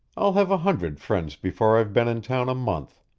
i'll have a hundred friends before i've been in town a month!